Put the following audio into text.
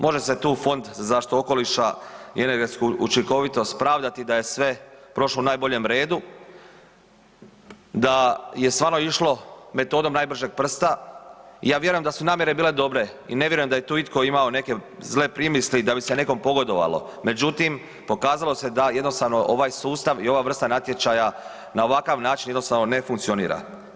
Može se tu Fond za zaštitu okoliša i energetsku učinkovitost pravdati da je sve prošlo u najboljem redu, da je stvarno išlo metodom najbržeg prsta, ja vjerujem da su namjere bile dobre i ne vjerujem da je tu itko imao neke zle primisli i da bi se nekom pogodovalo međutim pokazalo se da jednostavno ovaj sustav i ova vrsta natječaja na ovakav način jednostavno ne funkcionira.